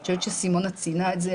אני חושבת שסימונה ציינה את זה,